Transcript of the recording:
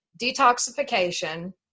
detoxification